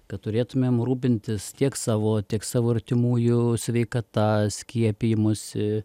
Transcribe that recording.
kad turėtumėm rūpintis tiek savo tiek savo artimųjų sveikata skiepijimusi